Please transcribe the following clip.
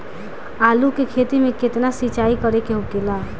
आलू के खेती में केतना सिंचाई करे के होखेला?